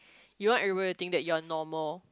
you want everybody to think that you are normal